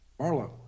Marlo